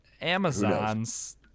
amazon's